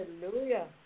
Hallelujah